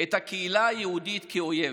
את הקהילה היהודית כאויב.